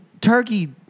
turkey